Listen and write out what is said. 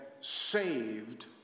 saved